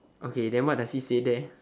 okay then what does he say there